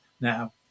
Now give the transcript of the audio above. now